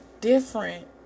different